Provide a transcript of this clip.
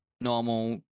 normal